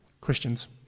Christians